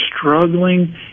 struggling